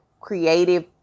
creative